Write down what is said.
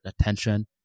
attention